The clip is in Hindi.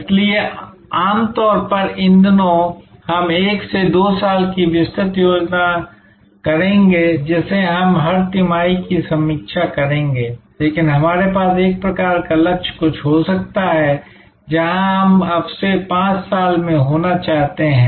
इसलिए आम तौर पर इन दिनों हम 1 से 2 साल की विस्तृत योजना करेंगे जिसे हम हर तिमाही की समीक्षा करेंगे लेकिन हमारे पास एक प्रकार का लक्ष्य कुछ हो सकता है जहां हम अब से 5 साल में होना चाहते हैं